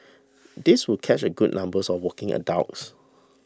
this would catch a good numbers of working adults